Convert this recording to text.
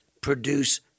produce